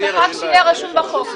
יהיה רשום.